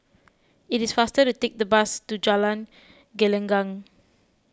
it is faster to take the bus to Jalan Gelenggang